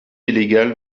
illégale